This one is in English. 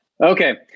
Okay